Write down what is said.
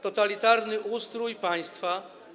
totalitarny ustrój państwa.